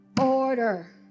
order